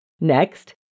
Next